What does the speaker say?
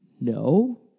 no